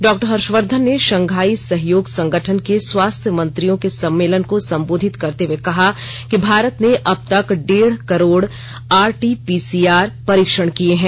doctor Harshvardhan ने Shanghai सहयोग संगठन के स्वास्थ्य मंत्रियों के सम्मेलन को संबोधित करते हए कहा कि भारत ने अब तक डेढ़ crore R T P C R परीक्षण किये हैं